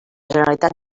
generalitat